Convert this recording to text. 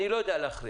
ואני לא יודע להכריע